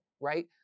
right